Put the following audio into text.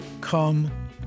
come